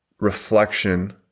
reflection